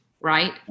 Right